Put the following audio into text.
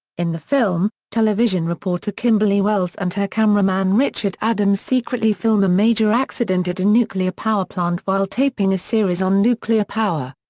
in the film, television reporter kimberly wells and her cameraman richard adams secretly film a major accident at a nuclear power plant while taping a series on nuclear power.